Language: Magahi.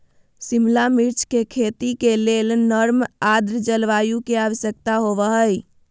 शिमला मिर्च के खेती के लेल नर्म आद्र जलवायु के आवश्यकता होव हई